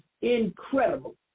incredible